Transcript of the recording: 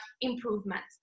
improvements